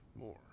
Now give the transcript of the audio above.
more